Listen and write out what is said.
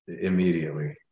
immediately